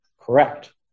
correct